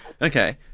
Okay